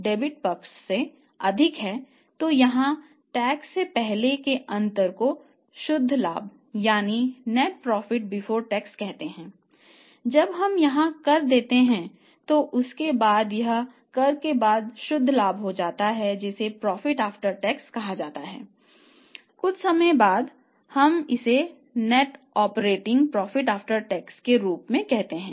debit NOPAT के रूप में कहते हैं